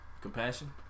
Compassion